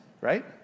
right